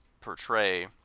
portray